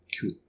Cool